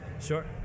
Sure